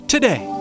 Today